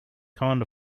kind